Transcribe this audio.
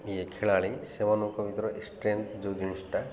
ଇଏ ଖେଳାଳି ସେମାନଙ୍କ ଭିତରେ ଷ୍ଟ୍ରେଥ୍ ଯେଉଁ ଜିନିଷଟା